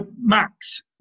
Max